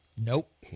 Nope